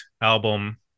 album